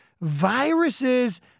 viruses